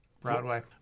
Broadway